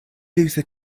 luther